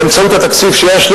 באמצעות התקציב שיש לי,